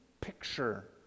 picture